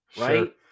right